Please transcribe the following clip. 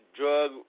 drug